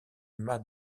mas